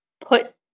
put